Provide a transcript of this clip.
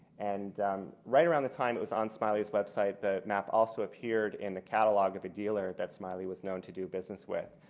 and right around the time it was on smiley's website, the map also appeared in the catalog of a dealer that smiley was known to do business with.